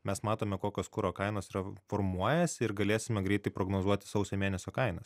mes matome kokios kuro kainos yra formuojasi ir galėsime greitai prognozuoti sausio mėnesio kainas